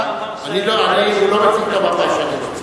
הוא לא מציג את המפה שאני רוצה.